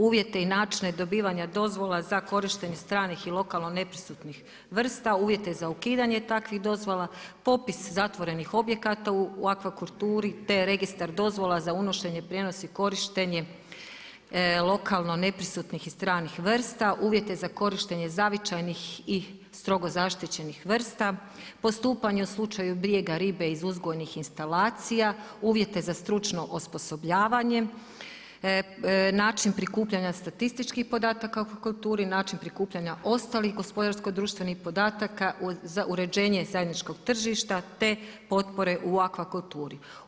Uvjete i način dobivanje dozvola za korištenje stranih i lokalno neprisutnih vrsta, uvijete za ukidanje takvih dozvola, popis zatvorenih objekata u akvakulturi, te registar dozvola za unošenje, prijenos i korištenje lokalno neprisutnih i stranih vrsta, uvijete za korištenje zavičajnih i strogo zaštićenih vrsta, postupanja u slučaju bijega ribe iz uzgojnih instalacija, uvijete za stručno osposobljavanje, način prikupljanje statističkih podataka u akvakulturi, način prikupljanja ostalih gospodarsko društvenih podataka za uređenje zajedničkih tržišta, te potpore u akvakulturi.